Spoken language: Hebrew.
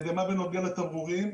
ומה בנוגע לתמרורים?